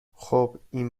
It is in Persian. خوب، این